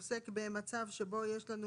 עוסק במצב שבו יש לנו